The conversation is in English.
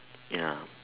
ya